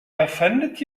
offended